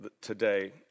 today